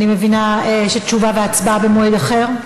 אני מבינה שתשובה והצבעה במועד אחר?